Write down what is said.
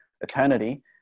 eternity